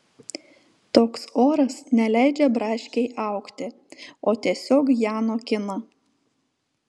toks oras neleidžia braškei augti o tiesiog ją nokina